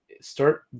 start